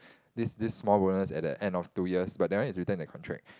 this this small bonus at the end of two years but that one is written in the contract